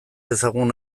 dezagun